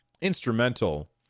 instrumental